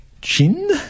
Chin